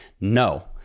No